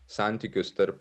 santykius tarp